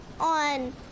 on